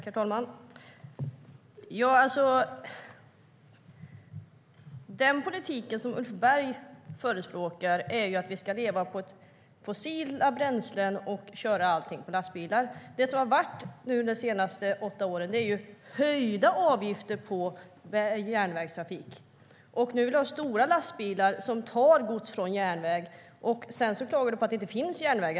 Herr talman! Den politik som Ulf Berg förespråkar innebär att vi ska leva med fossila bränslen och köra allt på lastbilar. Det som har varit under de senaste åtta åren är höjda avgifter på järnvägstrafik. Det är stora lastbilar som tar gods från järnväg, och sedan klagar ni på att det inte finns järnväg.